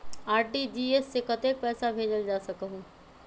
RTGS से कतेक पैसा भेजल जा सकहु???